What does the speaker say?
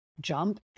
jump